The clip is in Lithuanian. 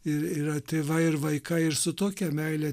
ir yra tėvai ir vaikai ir su tokia meile